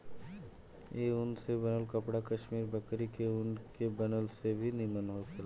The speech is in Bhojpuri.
ए ऊन से बनल कपड़ा कश्मीरी बकरी के ऊन के बनल से भी निमन होखेला